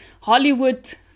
hollywood